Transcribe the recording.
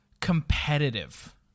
competitive